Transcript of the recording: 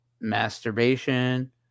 masturbation